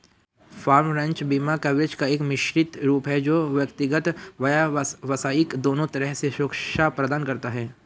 farm, ranch बीमा coverage का एक मिश्रित रूप है जो व्यक्तिगत, व्यावसायिक दोनों तरह से सुरक्षा प्रदान करता है